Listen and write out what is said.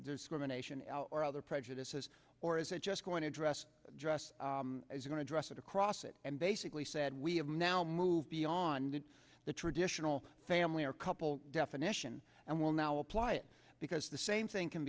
women ation al or other prejudices or is it just going to dress dress is going to dress it across it and basically said we have now moved beyond the traditional family or couple definition and will now apply it because the same thing can